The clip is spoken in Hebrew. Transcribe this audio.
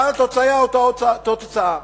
אבל התוצאה היא אותה תוצאה.